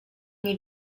nie